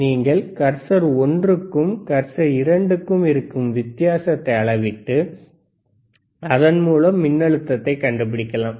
நீங்கள் கர்சர் ஒன்றுக்கும் கர்சர் இரண்டுக்கும் இருக்கும் வித்தியாசத்தை அளவிட்டு அதன் மூலம் மின்னழுத்தத்தை கண்டுபிடிக்கலாம்